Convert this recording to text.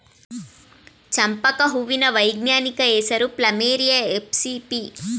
ಚಂಪಕ ಹೂವಿನ ವೈಜ್ಞಾನಿಕ ಹೆಸರು ಪ್ಲಮೇರಿಯ ಎಸ್ಪಿಪಿ